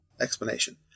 explanation